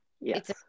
Yes